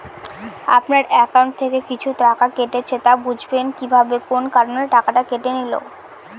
আপনার একাউন্ট থেকে কিছু টাকা কেটেছে তো বুঝবেন কিভাবে কোন কারণে টাকাটা কেটে নিল?